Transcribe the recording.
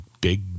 big